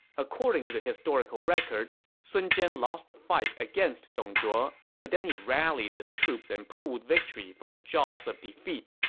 according to the historical records, sun jian lost a fight against dong zhuo, but then he rallied his troops and pulled victory from the jaws of defeat,